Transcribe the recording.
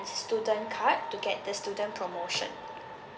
student card to get the student promotion